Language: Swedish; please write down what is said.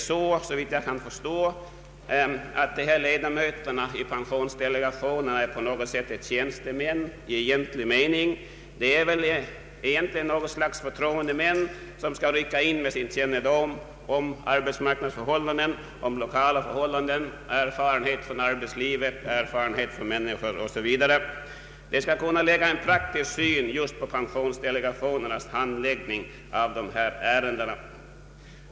Såvitt jag kan förstå är de här ledamöterna i pensionsdelegationen inte på något sätt tjänstemän i egentlig mening utan snarare något slag av förtroendemän som skall bidra med sin kännedom om lokala arbetsmarknadsförhållanden, om människor 0. s. v. De skall kunna lägga praktiska synpunkter på pensionsdelegationens handläggning av just de här ärendena.